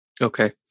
Okay